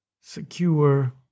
secure